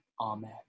Amen